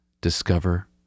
Discover